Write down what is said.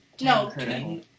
No